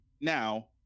Now